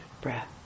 breath